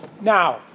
Now